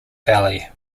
valley